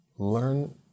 Learn